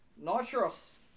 Nitrous